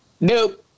nope